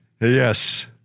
Yes